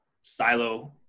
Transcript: silo